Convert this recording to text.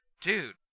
Dude